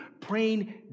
praying